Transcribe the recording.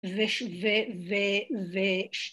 זה.. זה.. זה.. זה..